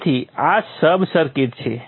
તેથી આ sub circuit છે